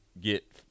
get